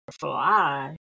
fly